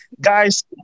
Guys